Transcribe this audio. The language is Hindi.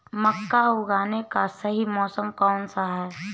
मक्का उगाने का सही मौसम कौनसा है?